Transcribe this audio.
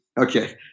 Okay